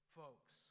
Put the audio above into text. folks